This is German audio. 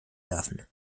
werfen